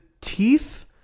teeth